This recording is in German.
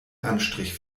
anstrich